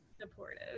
supportive